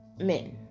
men